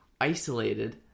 isolated